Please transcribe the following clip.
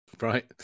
Right